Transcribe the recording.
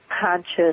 conscious